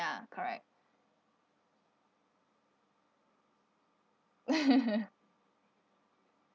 ya correct